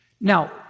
Now